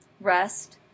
Rest